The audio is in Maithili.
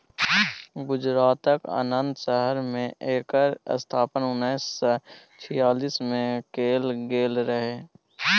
गुजरातक आणंद शहर मे एकर स्थापना उन्नैस सय छियालीस मे कएल गेल रहय